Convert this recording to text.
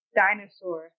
dinosaur